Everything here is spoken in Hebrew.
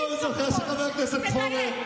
תדייק.